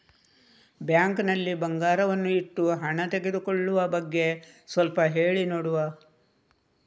Bank ನಲ್ಲಿ ಬಂಗಾರವನ್ನು ಇಟ್ಟು ಹಣ ತೆಗೆದುಕೊಳ್ಳುವ ಬಗ್ಗೆ ಸ್ವಲ್ಪ ಹೇಳಿ ನೋಡುವ?